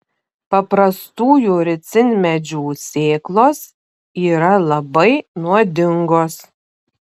paprastųjų ricinmedžių sėklos yra labai nuodingos